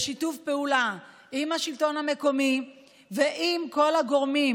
בשיתוף פעולה עם השלטון המקומי ועם כל הגורמים,